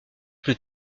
plus